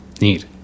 Neat